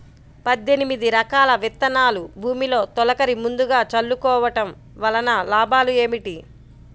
పద్దెనిమిది రకాల విత్తనాలు భూమిలో తొలకరి ముందుగా చల్లుకోవటం వలన లాభాలు ఏమిటి?